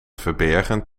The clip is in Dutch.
verbergen